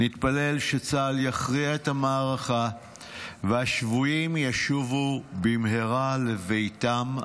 נתפלל שצה"ל יכריע את המערכה והשבויים ישובו במהרה לביתם,